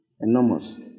enormous